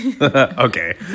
okay